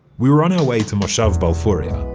we were on our way to moshav balfouria,